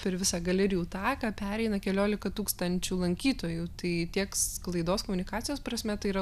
per visą galerijų taką pereina keliolika tūkstančių lankytojų tai tiek sklaidos komunikacijos prasme tai yra